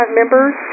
members